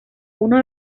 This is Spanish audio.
uno